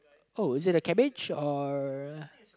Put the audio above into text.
uh is it a cabbage or